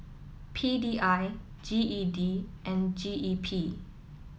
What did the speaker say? P D I G E D and G E P